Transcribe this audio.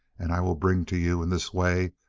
and i will bring to you, in this way,